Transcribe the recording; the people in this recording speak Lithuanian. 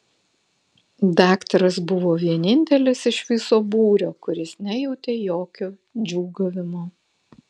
daktaras buvo vienintelis iš viso būrio kuris nejautė jokio džiūgavimo